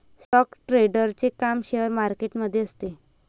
stock ट्रेडरचे काम share market मध्ये असते